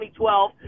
2012